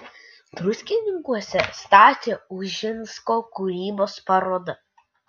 druskininkuose stasio ušinsko kūrybos paroda